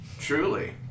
Truly